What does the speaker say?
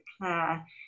Claire